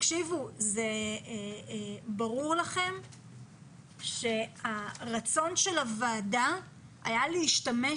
זה ברור לכם שהרצון של הוועדה היה להשתמש